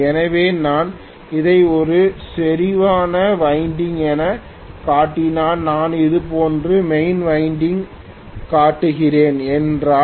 எனவே நான் அதை ஒரு செறிவான வைண்டிங் எனக் காட்டினால் நான் இது போன்ற மெயின்வைண்டிங் காட்டுகிறேன் என்றால்